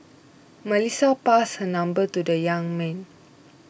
Melissa passed her number to the young man